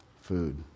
food